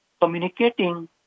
communicating